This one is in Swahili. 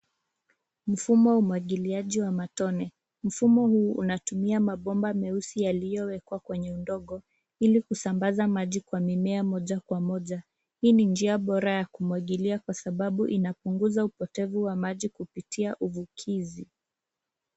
Mfumo wa umwagiliaji wa matone. Mfumo huu unatumia mabomba meusi yaliyowekwa kwenye udongo ili kusambaza maji kwa mimea moja kwa moja. Hii ni njia bora ya kumwagilia kwa sababu inapunguza upotevu wa maji kupitia uvukizi.